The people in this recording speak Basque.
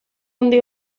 handi